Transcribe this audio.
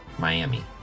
Miami